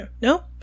no